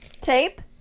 Tape